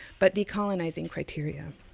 but be colonizing criteria.